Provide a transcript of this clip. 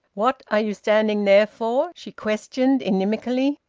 what are you standing there for? she questioned inimically.